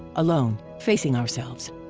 alone, facing ourselves.